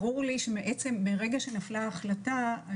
ברור לי שמרגע שנפלה ההחלטה,